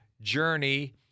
Journey